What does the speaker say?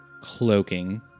cloaking